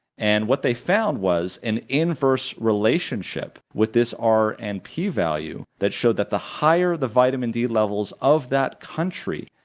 and what they found was an inverse relationship with this r and p value that showed that the higher the vitamin d levels of that country,